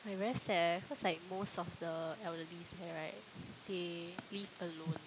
like very sad eh cause like most of the elderly there right they live alone